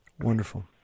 wonderful